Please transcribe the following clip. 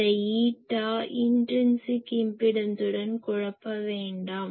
இந்த ஈட்டாவை இன்ட்ரின்சிக் இம்பிடென்ஸுடன் குழப்ப வேண்டாம்